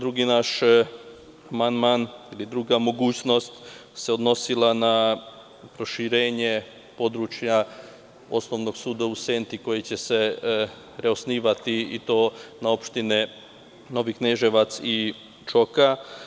Drugi naš amandman ili druga mogućnost se odnosila na proširenje područja Osnovnog suda u Senti, koji će se reosnivati, i to na opštine Novi Kneževac i Čoka.